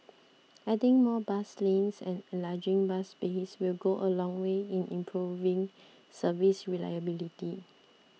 adding more bus lanes and enlarging bus bays will go a long way in improving service reliability